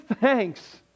thanks